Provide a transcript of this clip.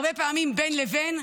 הרבה פעמים בין לבין.